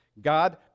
God